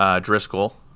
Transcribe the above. Driscoll